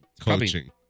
coaching